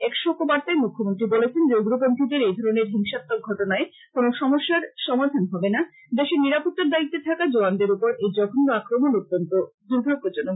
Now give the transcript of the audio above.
এক শোকবার্তায় মুখ্যমন্ত্রী বলেছেন যে উগ্রপন্থীদের এ ধরণের হিংসাত্মক ঘটনায় কোন সমস্যার সমাধান হবে না দেশের নিরাপত্তার দায়িত্বে থাকা জোওয়ানদের উপর এই জঘন্য আক্রমন অত্যন্ত দুর্ভাঘ্যজনক